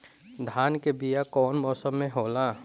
धान के बीया कौन मौसम में होला?